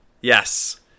Yes